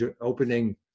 opening